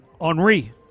Henri